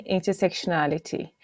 Intersectionality